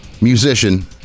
musician